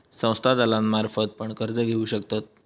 संस्था दलालांमार्फत पण कर्ज घेऊ शकतत